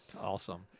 Awesome